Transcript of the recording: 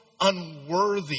unworthy